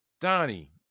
Donnie